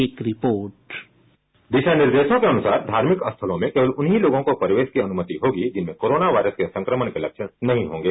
एक report sound bite दिशानिर्देशों के अनुसार धार्मिक स्थानों में केवल उन्हीं लोगों को प्रवेश अनुमति होगी जिनमें कोरोना वायरस के संक्रमण के लक्षण नहीं होंगे